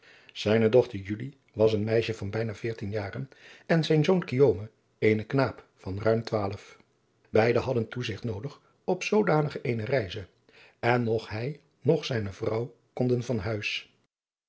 zijne dochter julie was een meisje van bijna veertien jaren en zijn zoon guillaume eene knaap van ruim twaalf beide hadden toezigt noodig op zoodanig eene reize en noch hij noch zijne vrouw konden van huis